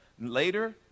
later